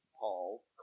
Paul